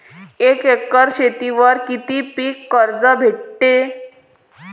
एक एकर शेतीवर किती पीक कर्ज भेटते?